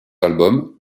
albums